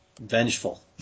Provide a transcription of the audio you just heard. vengeful